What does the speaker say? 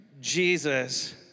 Jesus